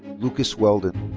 lucas weldon.